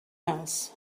else